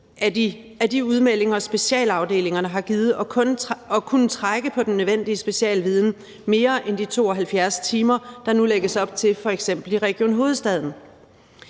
af de udmeldinger, specialafdelingerne har givet, og bør kunne trække på den nødvendige specialviden, mere end de 72 timer, der nu lægges op til, f.eks. i Region Hovedstaden.